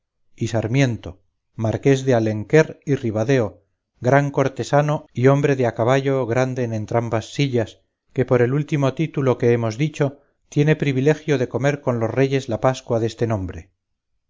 y sarmiento marqués de alenquer y ribadeo gran cortesano y hombre de a caballo grande en entrambas sillas que por el último título que hemos dicho tiene previlegio de comer con los reyes la pascua deste nombre